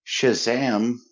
Shazam